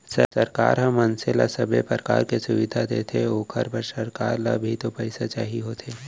सरकार ह मनसे ल सबे परकार के सुबिधा देथे ओखर बर सरकार ल भी तो पइसा चाही होथे